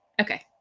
Okay